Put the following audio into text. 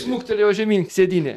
smuktelėjo žemyn sėdynė